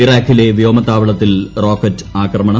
ഇറാഖിലെ വ്യോമത്താവളത്തിൽ റോക്കറ്റ് ആക്രമണം